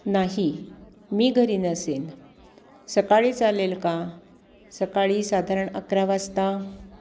नाही मी घरी नसेन सकाळी चालेल का सकाळी साधारण अकरा वाजता